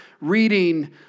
reading